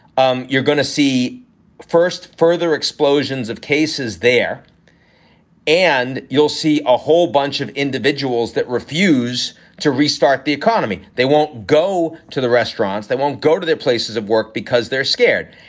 um you're going to see first further explosions of cases there and you'll see a whole bunch of individuals that refuse to restart the economy. they won't go to the restaurants. they won't go to their places of work because they're scared.